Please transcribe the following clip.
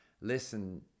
listen